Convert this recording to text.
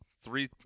three